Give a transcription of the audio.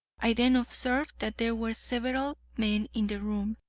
i then observed that there were several men in the room,